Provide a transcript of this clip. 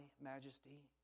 majesty